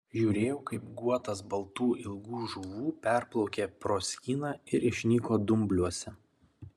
žiūrėjau kaip guotas baltų ilgų žuvų perplaukė proskyną ir išnyko dumbliuose